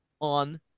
on